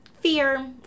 fear